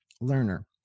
learner